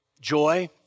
Joy